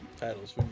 Titles